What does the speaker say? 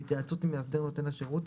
בהתייעצות עם מאסדר נותן השירות,